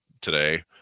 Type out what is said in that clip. today